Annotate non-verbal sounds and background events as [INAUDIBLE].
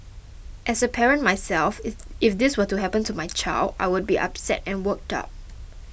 as a parent myself [HESITATION] if this were to happen to my child I would be upset and worked up